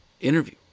interview